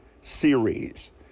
series